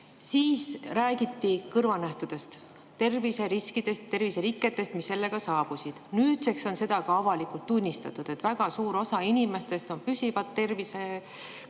Siis räägiti kõrvalnähtudest, terviseriskidest, terviseriketest, mis sellega [kaasnesid]. Nüüdseks on ka avalikult tunnistatud, et väga suur osa [nendest] inimestest on püsiva tervisekahjustusega